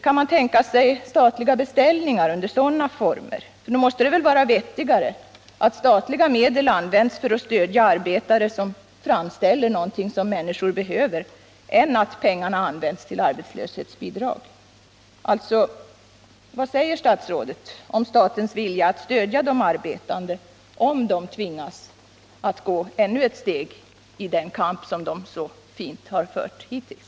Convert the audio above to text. Kan man under sådana förutsättningar tänka sig statliga beställningar? Det måste väl vara vettigare att statliga medel används för att stödja arbetare som framställer någonting som människor behöver än att de används till arbetslöshetsbidrag? Jag vill alltså fråga statsrådet, hur han ser på frågan om statens vilja att stödja de arbetande, om de tvingas att ta ännu ett steg i den kamp som de så fint har fört hittills.